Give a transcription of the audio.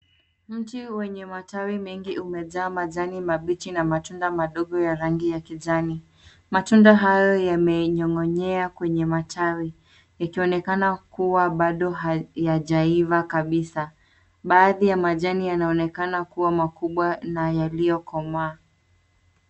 Mti wenye matawi mengi umejaa majani na matunda madogo ya rangi ya kijani. Matunda hayo yamenyong'oyea kwenye matawi yakionekana kuwa bado hayajaiva kabisaa. Baadhi ya majani yanaonekana kuwa makubwa na yaliyo komaa.